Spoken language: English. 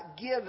give